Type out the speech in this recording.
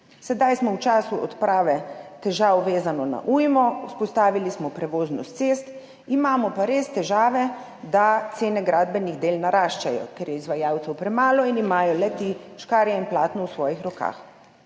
Sedaj smo v času odprave težav, vezanih na ujmo, vzpostavili smo prevoznost cest, imamo pa res težave, da cene gradbenih del naraščajo, ker je izvajalcev premalo in imajo le-ti škarje in platno v svojih rokah.